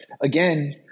again